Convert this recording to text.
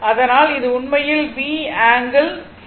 அதனால் இது உண்மையில் V ஆங்கிள் ϕ ஆகும்